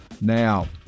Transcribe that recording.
Now